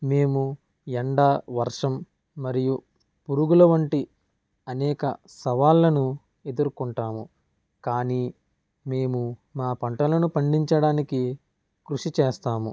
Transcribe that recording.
మేము ఎండా వర్షం మరియు పురుగుల వంటి అనేక సవాళ్ళను ఎదుర్కుంటాము కానీ మేము మా పంటలను పండించాడానికి కృషి చేస్తాము